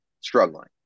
struggling